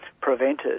prevented